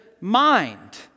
mind